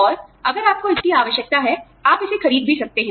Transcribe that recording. और अगर आपको इसकी आवश्यकता है आप इसे खरीद भी सकते हैं